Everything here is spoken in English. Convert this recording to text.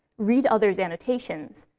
read others' annotations,